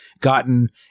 gotten